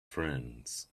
friends